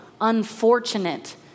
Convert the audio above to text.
unfortunate